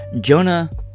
Jonah